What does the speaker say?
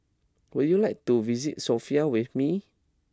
would you like to visit Sofia with me